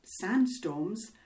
sandstorms